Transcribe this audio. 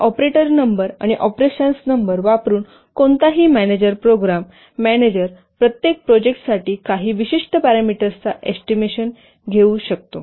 तर ऑपरेटरची नंबर आणि ऑपरेशन्सची नंबर वापरून कोणताही मॅनेजर प्रोग्राम मॅनेजर प्रत्येक प्रोजेक्टसाठी काही विशिष्ट पॅरामीटर्सचा एस्टिमेशन घेऊ शकतो